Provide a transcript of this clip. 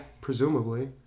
Presumably